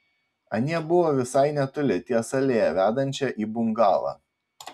anie buvo visai netoli ties alėja vedančia į bungalą